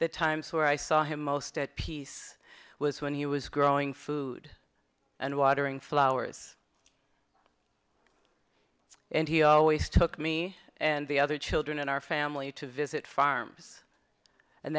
the times where i saw him most at peace was when he was growing food and watering flowers and he always took me and the other children in our family to visit farms and